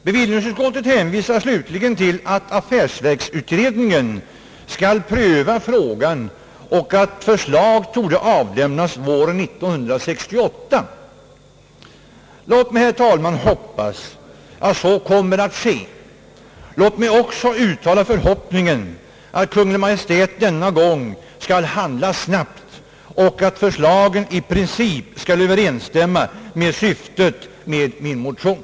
Bevillningsutskottet hänvisar slutligen till att affärsverksutredningen skall pröva frågan och att förslag torde avlämnas våren 1968. Låt mig, herr talman, hoppas att så kommer att ske! Låt mig också uttala förhoppningen att Kungl. Maj:t denna gång skall handla snabbt och att förslagen i princip skall överensstämma med syftet med min motion!